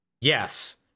Yes